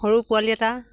সৰু পোৱালি এটা